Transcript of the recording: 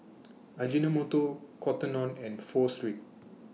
Ajinomoto Cotton on and Pho Street